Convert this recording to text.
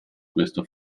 questo